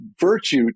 virtue